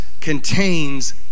contains